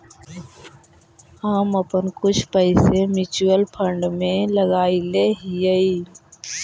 हम अपन कुछ पैसे म्यूचुअल फंड में लगायले हियई